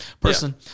person